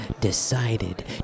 decided